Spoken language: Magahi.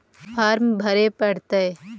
फार्म भरे परतय?